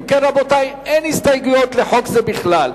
אם כן, רבותי, אין הסתייגות לחוק זה בכלל.